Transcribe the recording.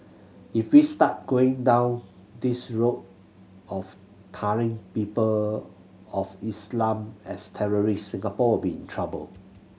if we start going down this route of tarring people of Islam as terrorists Singapore will be in trouble